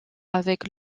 avec